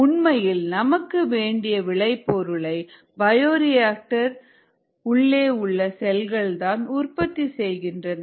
உண்மையில் நமக்கு வேண்டிய விளைபொருளை பயோரியாக்டர் உள்ளே உள்ள செல்கள்தான் உற்பத்தி செய்கின்றன